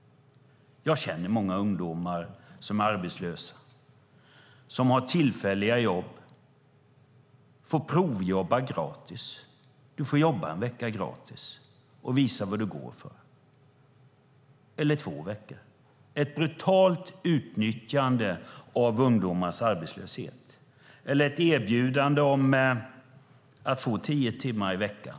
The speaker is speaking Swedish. Jag känner många ungdomar som är arbetslösa eller har tillfälliga jobb. De får provjobba - jobba en vecka eller två veckor gratis och visa vad de går för. Det är ett brutalt utnyttjande av ungdomars arbetslöshet. Eller också kan de få erbjudande om att jobba tio timmar i veckan.